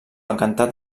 encantat